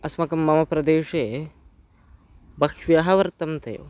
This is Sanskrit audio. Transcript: अस्माकं मम प्रेदेशे बह्व्यः वर्तन्ते